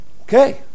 Okay